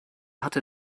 hatte